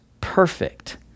perfect